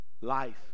Life